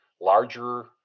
larger